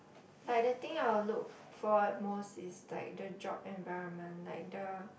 like the thing I will look for most is like the job environment like the